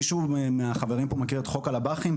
מישהו מהחברים מכיר פה את חוק הלב"חים,